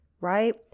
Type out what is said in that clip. right